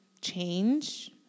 change